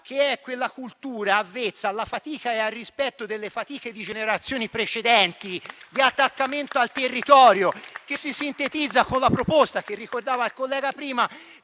che è quella cultura avvezza alla fatica e al rispetto delle fatiche di generazioni precedenti e di attaccamento al territorio, che si sintetizza con la proposta che ricordava il collega prima